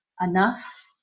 enough